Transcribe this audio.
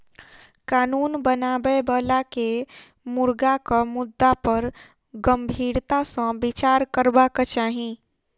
कानून बनाबय बला के मुर्गाक मुद्दा पर गंभीरता सॅ विचार करबाक चाही